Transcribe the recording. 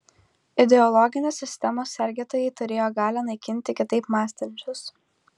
ideologinės sistemos sergėtojai turėjo galią naikinti kitaip mąstančius